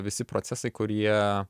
visi procesai kurie